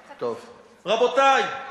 רבותי,